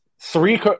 Three